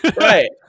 Right